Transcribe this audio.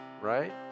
right